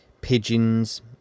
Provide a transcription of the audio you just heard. pigeons